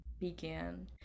began